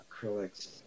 acrylics